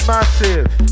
Massive